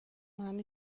همین